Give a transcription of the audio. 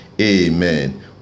Amen